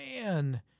man